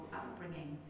upbringing